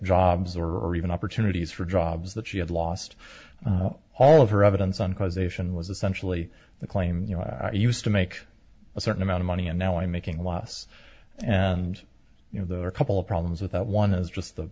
jobs or even opportunities for jobs that she had lost all of her evidence on causation was essentially the claim used to make a certain amount of money and now i'm making less and you know there are a couple of problems with that one is just the